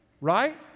Right